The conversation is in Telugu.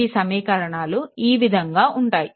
ఆ సమీకరణాలు ఈ విధంగా ఉంటాయి